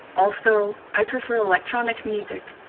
also, i prefer electronic music,